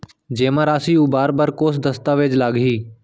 जेमा राशि उबार बर कोस दस्तावेज़ लागही?